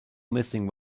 missing